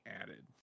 added